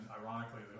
ironically